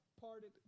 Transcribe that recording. parted